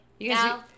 Now